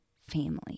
family